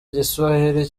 igiswahili